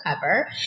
cover